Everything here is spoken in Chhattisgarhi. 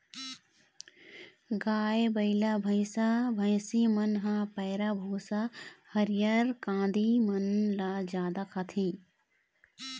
गाय, बइला, भइसा, भइसी मन ह पैरा, भूसा, हरियर कांदी मन ल जादा खाथे